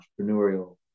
entrepreneurial